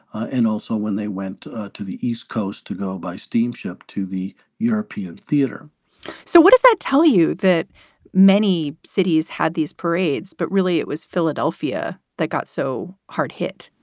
and also when they went to the east coast to go by steamship to the european theater so what does that tell you? that many cities had these parades, but really it was philadelphia that got so hard hit?